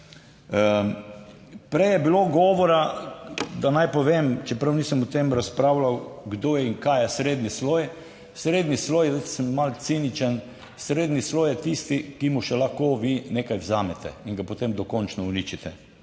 Prej je bilo govora, da naj povem, čeprav nisem o tem razpravljal, kdo in kaj je srednji sloj. Srednji sloj, zdaj sem malo ciničen, srednji sloj je tisti, ki mu še lahko vi nekaj vzamete in ga potem dokončno uničite.